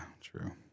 true